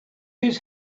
his